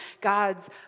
God's